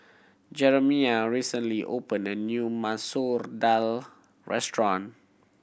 Jerimiah recently opened a new Masoor Dal restaurant